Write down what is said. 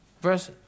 verse